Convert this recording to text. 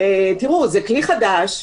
שזה כלי חדש,